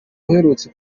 aherutse